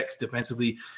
defensively